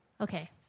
Okay